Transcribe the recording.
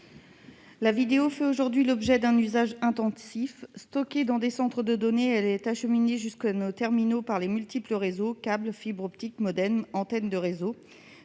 La vidéo est aujourd'hui utilisée de manière intensive. Stockée dans des centres de données, elle est acheminée jusqu'à nos terminaux par les multiples réseaux- câbles, fibres optiques, modems, antennes de réseaux.